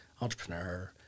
entrepreneur